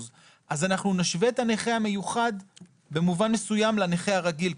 אז אנחנו נשווה את הנכה המיוחד במובן מסוים לנכה הרגיל,